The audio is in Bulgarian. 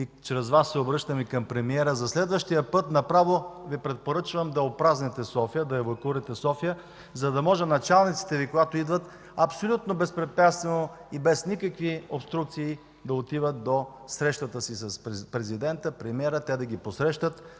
и чрез Вас се обръщам и към премиера – за следващия път направо Ви препоръчвам да опразните София, да евакуирате София, за да може началниците Ви, когато идват, абсолютно безпрепятствено и без никакви обструкции да отиват до срещата си с президента, с премиера. Те да ги посрещат